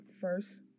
first